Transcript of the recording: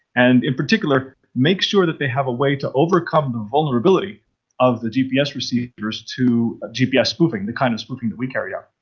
and in particular make sure that they have a way to overcome the vulnerability of the gps receivers to gpf spoofing, the kind of spoofing that we carried out.